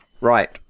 Right